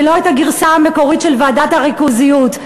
ולא את הגרסה המקורית של ועדת הריכוזיות.